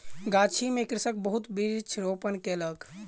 गाछी में कृषक बहुत वृक्ष रोपण कयलक